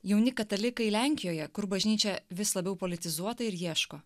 jauni katalikai lenkijoje kur bažnyčia vis labiau politizuota ir ieško